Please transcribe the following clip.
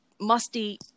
musty